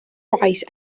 rise